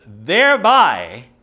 thereby